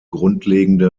grundlegende